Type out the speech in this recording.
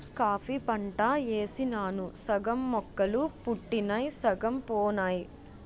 coffee పంట యేసినాను సగం మొక్కలు పుట్టినయ్ సగం పోనాయి